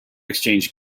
exchange